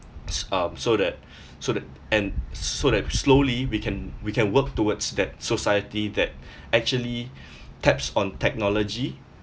s~ um so that so that and so that slowly we can we can work towards that society that actually taps on technology